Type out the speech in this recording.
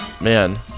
Man